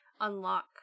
unlock